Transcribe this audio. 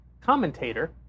commentator